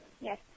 Yes